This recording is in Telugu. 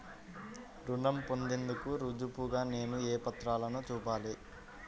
రుణం పొందేందుకు రుజువుగా నేను ఏ పత్రాలను చూపాలి?